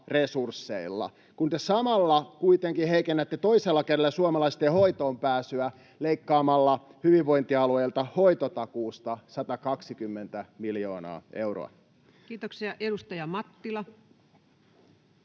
resursseilla, kun te samalla kuitenkin heikennätte toisella kädellä suomalaisten hoitoonpääsyä leikkaamalla hyvinvointialueilta hoitotakuusta 120 miljoonaa euroa? Kiitoksia. — Edustaja Mattila.